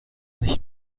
nicht